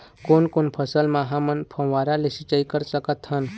कोन कोन फसल म हमन फव्वारा ले सिचाई कर सकत हन?